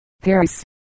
Paris